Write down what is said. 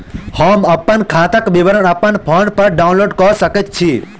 हम अप्पन खाताक विवरण अप्पन फोन पर डाउनलोड कऽ सकैत छी?